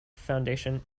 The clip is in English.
foundation